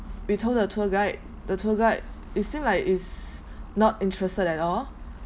we told the tour guide the tour guide is seemed like is not interested at all